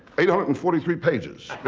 eight hundred and forty three pages.